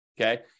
okay